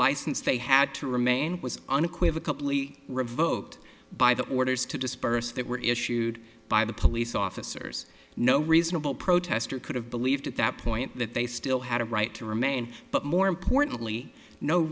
license they had to remain was unequivocal plea revoked by the orders to disperse that were issued by the police officers no reasonable protester could have believed at that point that they still had a right to remain but more importantly no